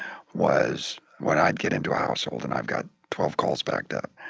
was when i'd get into a household, and i've got twelve calls backed up,